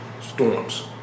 storms